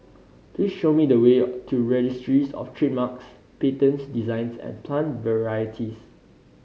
please show me the way to Registries Of Trademarks Patents Designs and Plant Varieties